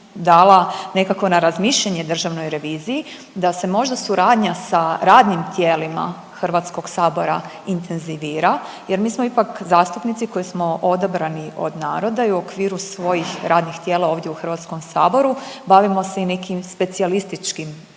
dala nekako na razmišljanje Državnoj reviziji da se možda suradnja sa radnim tijelima Hrvatskog sabora intenzivira, jer mi smo ipak zastupnici koji smo odabrani od naroda i u okviru svojih radnih tijela ovdje u Hrvatskom saboru bavimo se i nekim specijalističkim